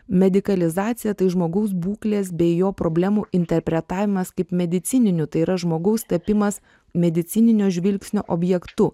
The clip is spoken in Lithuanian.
medikalizacija tai žmogaus būklės bei jo problemų interpretavimas kaip medicininių tai yra žmogaus tapimas medicininio žvilgsnio objektu